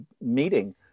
meeting